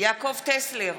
יעקב טסלר,